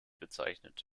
bezeichnet